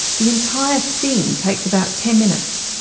the entire thing takes about ten minutes.